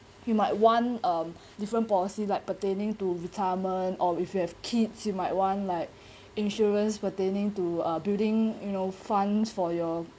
you might want um different policy like pertaining to retirement or if you have kids you might want like insurance pertaining to a building you know funds for your